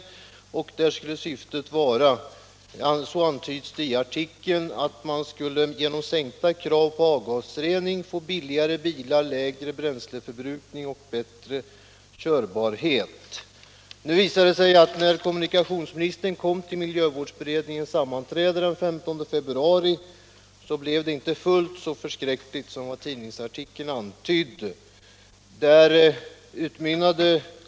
Syftet med sammanträdet skulle vara, antyds det Om bilarnas avgasrening Om bilarnas avgasrening i artikeln, att genom sänkta krav på avgasrening få billigare bilar, lägre bränsleförbrukning och bättre körbarhet. Nu visade det sig att när kommunikationsministern kom till miljövårdsberedningens sammanträde den 15 februari blev det inte fullt så förskräckligt som tidningsartikeln antydde.